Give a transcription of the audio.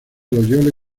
loyola